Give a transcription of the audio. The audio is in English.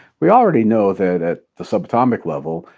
we already know that, at the subatomic level,